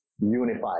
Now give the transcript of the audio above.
unified